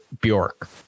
Bjork